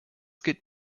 gilt